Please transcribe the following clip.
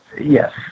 yes